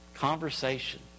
conversation